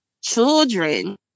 children